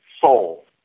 soul